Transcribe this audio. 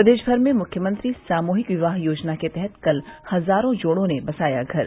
प्रदेश भर में मुख्यमंत्री सामूहिक विवाह योजना के तहत कल हजारों जोड़ों ने बसाया घर